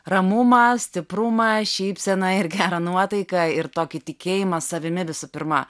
ramumą stiprumą šypseną ir gerą nuotaiką ir tokį tikėjimą savimi visų pirma